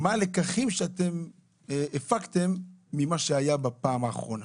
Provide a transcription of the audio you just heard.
מה הלקחים שאתם הפקתם ממה שהיה בפעם האחרונה.